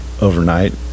overnight